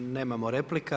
Nemamo replika.